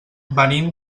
venim